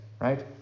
right